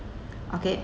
okay